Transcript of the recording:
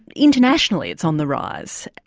internationally it's on the rise,